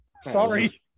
Sorry